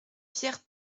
pierre